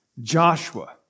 Joshua